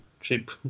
cheap